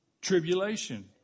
tribulation